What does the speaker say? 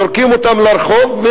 זורקים אותם לרחוב,